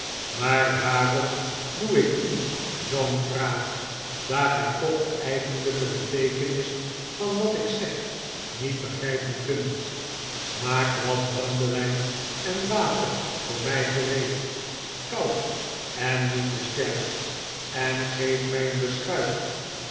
maar waarom doe ik u zoo'n vraag r daar gij toch de eigenlijke beteekenis van wat ik zeg niet begrijpen kunt maak wat brandewijn en water voor mij gereed koud en niet te sterk en geef mij een beschuit